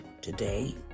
today